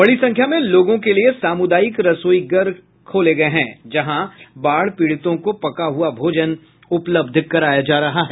बड़ी संख्या में लोगों के लिए सामुदायिक रसोई घर खोले गये है जहां बाढ़ पीड़ितों को पका हुआ भोजन उपलब्ध कराया जा रहा है